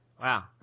Wow